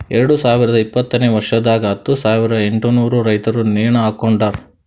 ಎರಡು ಸಾವಿರ ಇಪ್ಪತ್ತನೆ ವರ್ಷದಾಗ್ ಹತ್ತು ಸಾವಿರ ಎಂಟನೂರು ರೈತುರ್ ನೇಣ ಹಾಕೊಂಡಾರ್